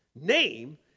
name